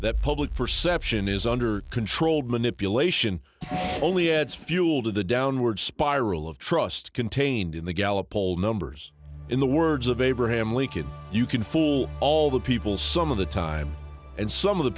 that public perception is under controlled manipulation only adds fuel to the downward spiral of trust contained in the gallup poll numbers in the words of abraham lincoln you can fool all the people some of the time and some of the